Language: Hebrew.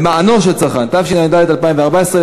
התשע"ד 2014,